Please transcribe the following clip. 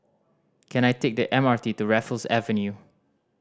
can I take the M R T to Raffles Avenue